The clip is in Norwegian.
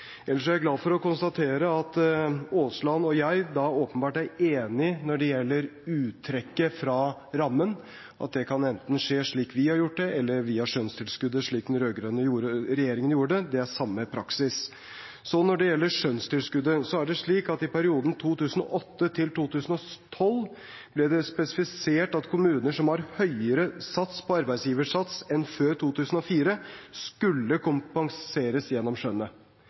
eller via skjønnstilskuddet, slik den rød-grønne regjeringen gjorde det. Det er samme praksis. Når det gjelder skjønnstilskuddet, er det slik at det i perioden 2008–2012 ble spesifisert at kommuner som hadde høyere sats på arbeidsgiveravgiften enn før 2004, skulle kompenseres gjennom skjønnet.